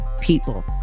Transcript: people